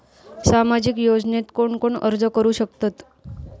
सामाजिक योजनेक कोण कोण अर्ज करू शकतत?